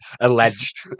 alleged